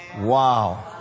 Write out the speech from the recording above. Wow